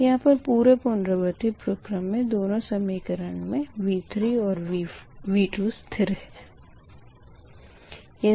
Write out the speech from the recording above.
यहाँ पर पूरे पुनरावर्ती प्रक्रम मे दोनो समीकरण मे V3 और V2 स्थिर है